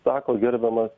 sako gerbiamas